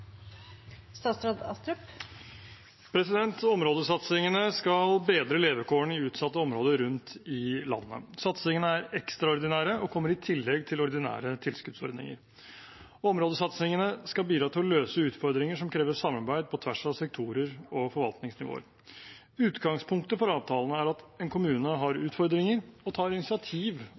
ekstraordinære og kommer i tillegg til ordinære tilskuddsordninger. Områdesatsingene skal bidra til å løse utfordringer som krever samarbeid på tvers av sektorer og forvaltningsnivåer. Utgangspunktet for avtalene er at en kommune har utfordringer og tar initiativ